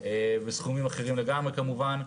וסכומים אחרים לגמרי, כמובן.